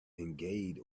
engaged